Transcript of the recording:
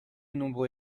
nombreux